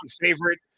favorite